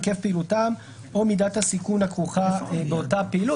היקף פעילותם או מידת הסיכון הכרוכה באותה פעילות,